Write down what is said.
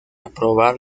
aprobar